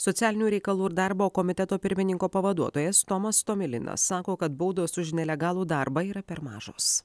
socialinių reikalų ir darbo komiteto pirmininko pavaduotojas tomas tomilinas sako kad baudos už nelegalų darbą yra per mažos